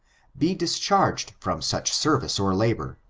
be discharged from such service or labor,